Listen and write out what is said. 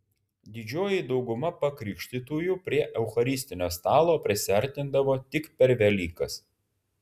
didžioji dauguma pakrikštytųjų prie eucharistinio stalo prisiartindavo tik per velykas